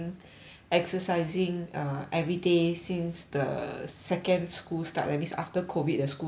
exercising uh everyday since the second school start that means after COVID the school starts right